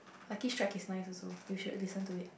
Lucky Strike is nice also you should listen to it